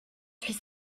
suis